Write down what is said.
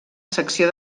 secció